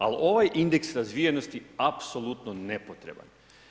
Ali ovaj indeks razvijenosti je apsolutno nepotreban.